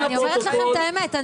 אני אומרת לך את האמת,